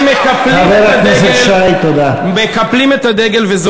הם מקפלים את הדגל, חבר הכנסת שי, תודה.